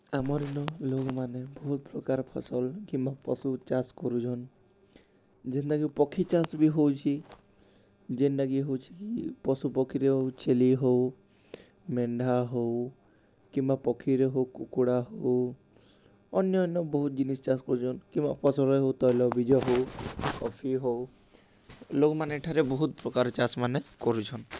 ଅମର୍ ଇନ ଲୋକ୍ମାନେ ବହୁତ୍ ପ୍ରକାର୍ ଫସଲ୍ କିମ୍ବା ପଶୁ ଚାଷ୍ କରୁଛନ୍ ଯେନ୍ଟାକି ପକ୍ଷୀ ଚାଷ୍ ବି ହଉଛେ ଯେନ୍ଟାକି ହଉଛେ କି ପଶୁପକ୍ଷୀରେ ହଉ ଛେଲି ହଉ ମେଣ୍ଢା ହଉ କିମ୍ବା ପକ୍ଷୀରେ ହଉ କୁକୁଡ଼ା ହଉ ଅନ୍ୟ ଅନ୍ୟ ବହୁତ୍ ଜିନିଷ୍ ଚାଷ୍ କରୁଚନ୍ କିମ୍ବା ଫସଲ୍ରେ ହଉ ତୈଲବୀଜ ହଉ କଫି ହଉ ଲୋକ୍ମାନେ ଏଠାରେ ବହୁତ୍ ପ୍ରକାର୍ ଚାଷ୍ମାନେ କରୁଛନ୍